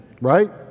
right